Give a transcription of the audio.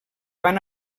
van